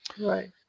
Right